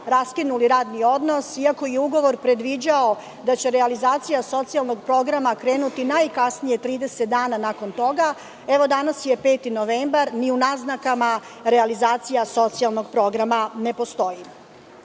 raskinuli radni odnos, iako je ugovor predviđao da će realizacija socijalnog programa krenuti najkasnije 30 dana nakon toga, evo, danas je 5. novembar, ni u naznakama realizacija socijalnog programa ne postoji.